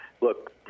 look